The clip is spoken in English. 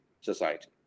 society